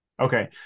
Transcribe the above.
Okay